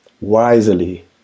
wisely